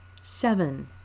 seven